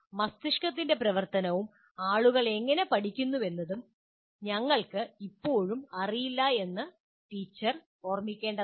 മസ്തിഷ്കത്തിന്റെ പ്രവർത്തനവും ആളുകൾ എങ്ങനെ പഠിക്കുന്നുവെന്നതും ഞങ്ങൾക്ക് ഇപ്പോഴും അറിയില്ല എന്ന് ടീച്ചർ ഓർമ്മിക്കേണ്ടതാണ്